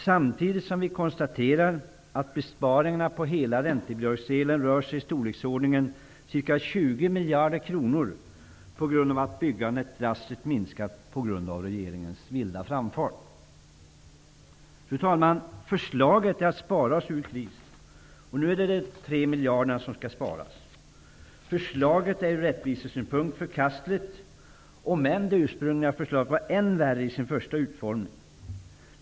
Samtidigt konstaterar vi att besparingar på hela räntebidragsdelen rör sig om i storleksordningen 20 miljarder kronor på grund av att byggandet drastiskt minskat till följd av regeringens vilda framfart. Förslaget gäller att vi skall spara oss ur krisen. Nu är det alltså 3 miljarder som skall sparas. Förslaget är från rättvisesynpunkt förkastligt. Men det ursprungliga förslaget var än värre till sin utformning.